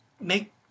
make